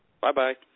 bye-bye